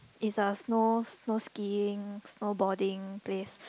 is a snow snow skiing snowboarding place